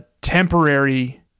temporary